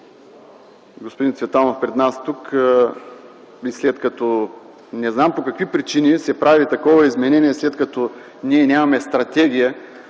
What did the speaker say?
господин Цветанов предложи пред нас, висят. Не знам по какви причини се прави такова изменение, след като ние нямаме стратегия